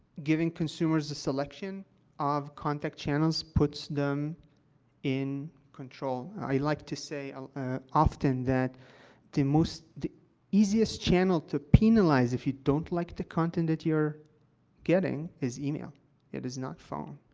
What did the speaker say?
giving consumers a selection of contact channels puts them in control. i like to say, ah, often, that the most the easiest channel to penalize, if you don't like the content that you're getting, is email it is not phone.